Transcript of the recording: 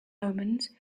omens